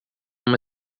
uma